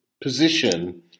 position